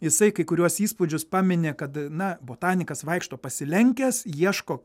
jisai kai kuriuos įspūdžius pamini kad na botanikas vaikšto pasilenkęs ieško